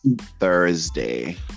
Thursday